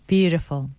Beautiful